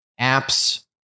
apps